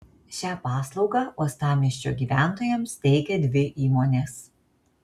šią paslaugą uostamiesčio gyventojams teikia dvi įmonės